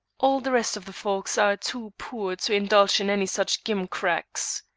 all the rest of the folks are too poor to indulge in any such gimcracks.